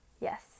Yes